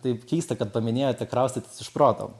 taip keista kad paminėjote kraustytis iš proto